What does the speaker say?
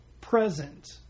present